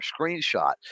screenshot